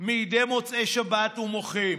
מדי מוצאי שבת ומוחים.